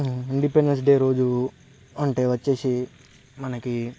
independence day రోజు అంటే వచ్చేసి మనకి